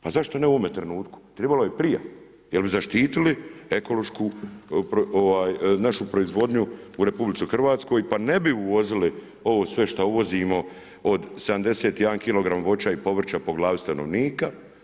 Pa zašto ne u ovome trenutku, trebalo je prije, jer bi zaštitili ekološku, našu proizvodnju u RH, pa ne bi uvozili ovo sve što uvozimo od 71 kg voća o povrća po glavi stanovnika.